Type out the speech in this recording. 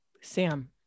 Sam